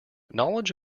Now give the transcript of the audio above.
knowledge